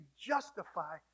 justify